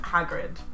Hagrid